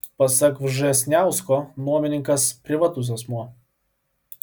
pasak vžesniausko nuomininkas privatus asmuo